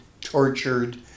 tortured